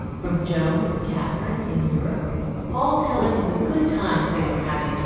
from joan and katherine in europe all telling of the good times they were having,